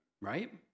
right